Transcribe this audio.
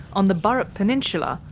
on the burrup peninsula,